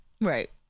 Right